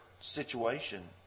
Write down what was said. situation